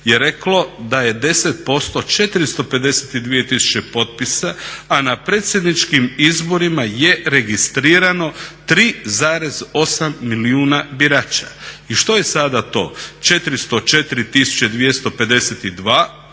je reklo da je 10% 452 000 potpisa, a na predsjedničkim izborima je registrirano 3,8 milijuna birača. I što je sada to, 404 252 kao